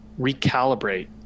recalibrate